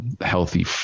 healthy